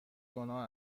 گناه